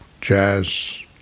jazz